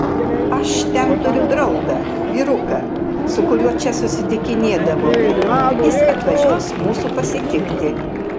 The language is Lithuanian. aš ten turiu draugą vyruką su kuriuo čia susitikinėdavome jis atvažiuos mūsų pasitikti